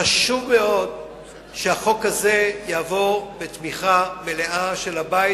חשוב מאוד שהחוק הזה יעבור בתמיכה מלאה של הבית,